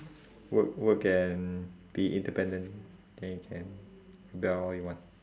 work work and be independent then you can do whatever you want